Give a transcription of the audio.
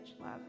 love